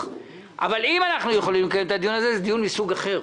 אבל אם אנחנו יכולים לקיים את הדיון הזה זה דיון מסוג אחר,